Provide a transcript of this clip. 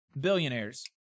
billionaires